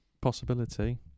possibility